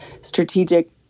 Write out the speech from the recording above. strategic